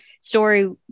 story